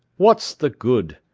what's the good?